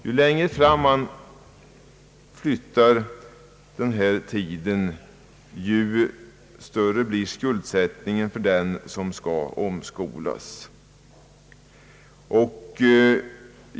Ju längre fram man flyttar gränsen, desto större blir skuldsättningen för den som skall omskolas.